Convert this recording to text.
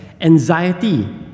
anxiety